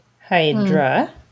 Hydra